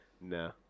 No